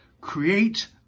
create